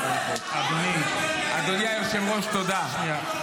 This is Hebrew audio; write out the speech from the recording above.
------ אדוני היושב-ראש, תודה.